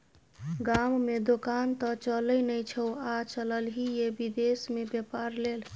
गाममे दोकान त चलय नै छौ आ चललही ये विदेश मे बेपार लेल